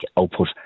output